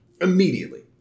Immediately